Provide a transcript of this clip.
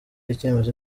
icyemezo